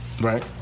right